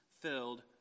filled